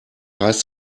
heißt